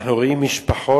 אנחנו רואים משפחות,